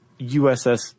USS